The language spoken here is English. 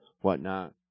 whatnot